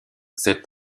cette